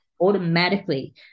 automatically